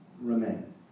remain